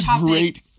great